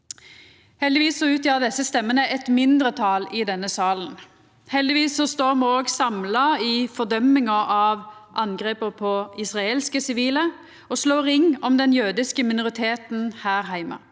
Heldigvis utgjer desse røystene eit mindretal i denne salen. Heldigvis står me òg samla i fordømminga av angrepa på israelske sivile og slår ring om den jødiske minoriteten her heime.